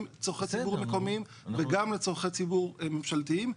לצרכי ציבורי מקומיים וגם לצרכי ציבור ממשלתיים,